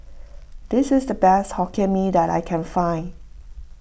this is the best Hokkien Mee that I can find